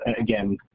again